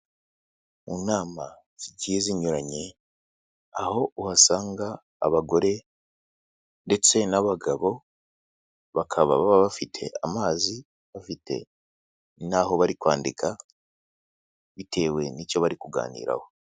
Mu nama zigiye zinyuranye, aho uhasanga abagore ndetse n'abagabo, bakaba baba bafite amazi, bafite n'aho bari kwandika bitewe n'icyo bari kuganiraho.